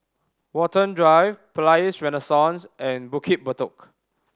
Watten Drive Palais Renaissance and Bukit Batok